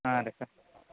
ಹಾಂ ರೀ ಸರ್